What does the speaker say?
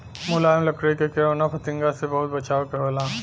मुलायम लकड़ी क किरौना फतिंगा से बहुत बचावे के होला